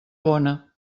bona